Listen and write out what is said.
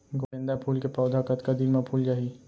गेंदा फूल के पौधा कतका दिन मा फुल जाही?